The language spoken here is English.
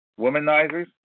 womanizers